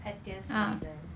pettiest reason